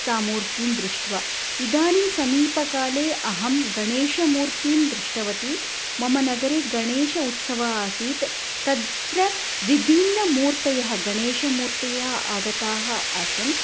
सा मूर्तिं दृष्ट्वा इदानीं समीपकाले अहं गणेशमूर्तिं दृष्टवती मम नगरे गणेशोत्सवः आसीत् तत्र विभिन्नमूर्तयः गणेशमूर्तयः आगताः आसन्